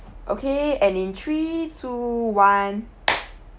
okay and in three two one